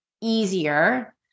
easier